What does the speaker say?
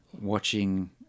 watching